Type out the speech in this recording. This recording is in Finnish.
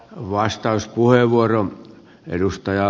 arvoisa puhemies